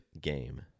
game